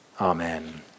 Amen